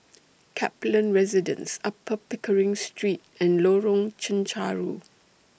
Kaplan Residence Upper Pickering Street and Lorong Chencharu